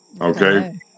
Okay